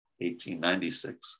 1896